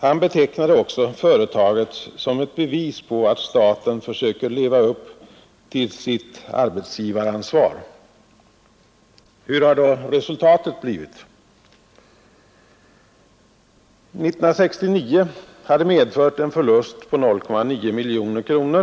Han betecknade också företaget som ett bevis på att staten försöker leva upp till sitt arbetsgivaransvar. Hurudant har då resultatet blivit? Året 1969 hade medfört en förlust på 0,9 miljoner kronor.